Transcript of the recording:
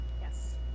Yes